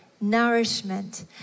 nourishment